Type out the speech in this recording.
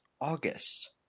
August